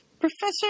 Professor